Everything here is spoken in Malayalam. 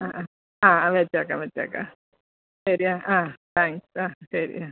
ആ ആ ആ വെച്ചേക്കാം വെച്ചേക്കാം ശരി ആ ആ താങ്ക്സ് ആ ശരി ആ ബൈ